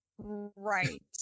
Right